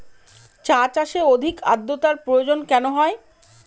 চা চাষে অধিক আদ্রর্তার প্রয়োজন কেন হয়?